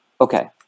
okay